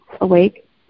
awake